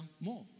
more